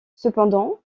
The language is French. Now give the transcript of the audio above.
cependant